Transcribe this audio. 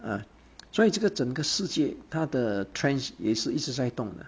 ah 所以这个整个世界他的 trends 也是一直在动的